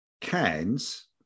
cans